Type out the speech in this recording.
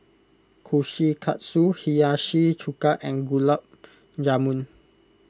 Kushikatsu Hiyashi Chuka and Gulab Jamun